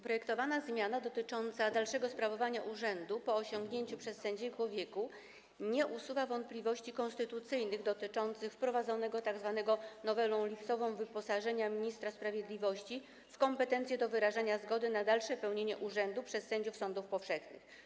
Projektowana zmiana dotycząca dalszego sprawowania urzędu po osiągnięciu przez sędziego wieku nie usuwa wątpliwości konstytucyjnych dotyczących wprowadzanego tzw. nowelą lipcową wyposażenia ministra sprawiedliwości w kompetencje do wyrażania zgody na dalsze pełnienie urzędu przez sędziów sądów powszechnych.